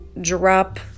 drop